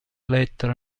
lettera